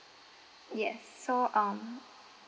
yes so um